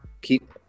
Keep